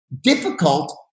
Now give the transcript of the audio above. difficult